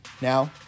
Now